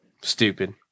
Stupid